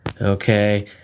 Okay